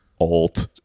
alt